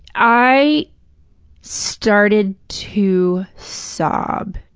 i started to sob.